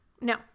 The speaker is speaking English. No